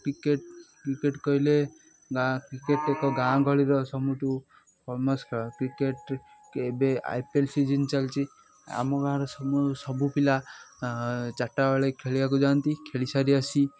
cricket cricket କହିଲେ ଗାଁ cricket ଏକ ଗାଁ ଗହଳିର ସବୁଠୁ ଫମସ୍ ଖେଳ କ୍ରିକେଟ୍ ଏବେ ଆଇ ପି ଏଲ୍ ସିଜିନ୍ ଚାଲିଛି ଆମ ଗାଁର ସବୁ ପିଲା ଚାରିଟା ବେଳେ ଖେଳିବାକୁ ଯାଆନ୍ତି ଖେଳି ସାରି ଆସି